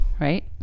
right